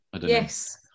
Yes